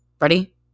Ready